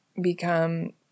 become